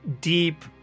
deep